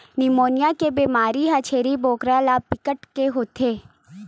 pneumonia के बेमारी ह छेरी बोकरा ल बिकट के होथे